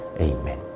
Amen